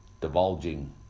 divulging